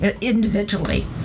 individually